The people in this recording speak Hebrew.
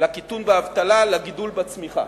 לקיטון באבטלה, לגידול בצמיחה.